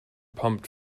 pumped